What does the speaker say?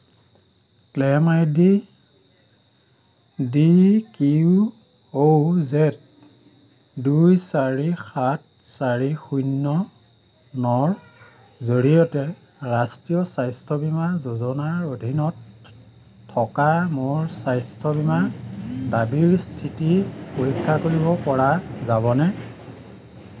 claim I D Q O Z দুই চাৰি সাত শূন্য নৰ জৰিয়তে ৰাষ্ট্ৰীয় স্বাস্থ্য বীমা যোজনাৰ অধীনত থকা মোৰ স্বাস্থ্য বীমা দাবীৰ স্থিতি পৰীক্ষা কৰিব পৰা যাবনে